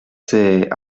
ses